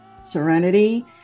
serenity